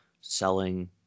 selling